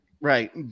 Right